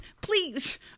Please